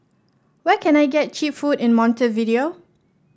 where can I get cheap food in Montevideo